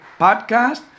podcast